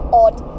odd